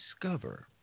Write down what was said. discover